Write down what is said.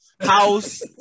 House